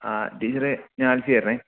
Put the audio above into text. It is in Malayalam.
ആ ടീച്ചറെ ഞാൻ ആല്ഫിയായിരുന്നു